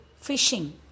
fishing